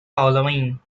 following